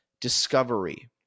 Discovery